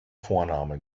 vorname